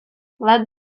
let